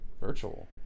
virtual